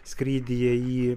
skrydyje į